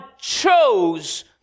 chose